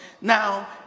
now